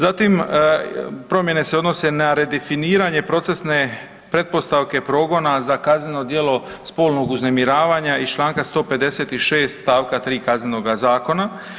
Zatim, promjene se odnose na redefiniranje procesne pretpostavke progona za kazneno djelo spolnog uznemiravanja iz čl. 156 st. 3 Kaznenoga zakona.